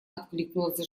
откликнулась